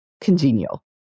congenial